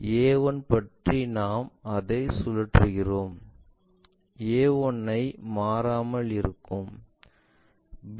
a 1 பற்றி நாம் அதை சுழற்றுகிறோம் a1 ஐ மாறாமல் இருக்கும்